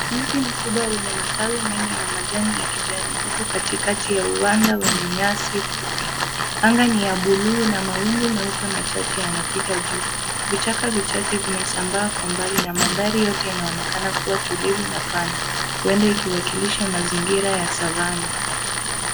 Mti mkubwa wenye matawi mengi na majani ya kijani uko katikati ya uwanda wenye nyasi fupi. Anga ni ya buluu na mawingu meupe machache yanapita juu. Vichaka vichache vimesambaa kwa mbali na mandhari yote inaonekana kuwa tulivu na pana, huenda ikiwakilisha mazingira ya Savanna.